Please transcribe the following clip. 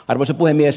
arvoisa puhemies